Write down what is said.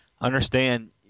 Understand